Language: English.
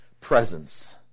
presence